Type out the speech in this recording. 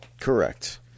Correct